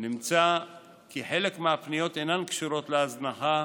נמצא כי חלק מהפניות אינן קשורות להזנחה